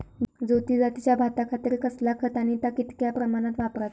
ज्योती जातीच्या भाताखातीर कसला खत आणि ता कितक्या प्रमाणात वापराचा?